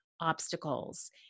obstacles